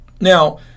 Now